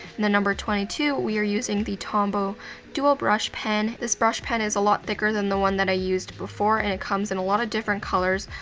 number twenty two, we are using the tombow dual brush pen. this brush pen is a lot thicker than the one that i used before, and it comes in a lot of different colors.